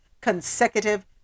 consecutive